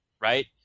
right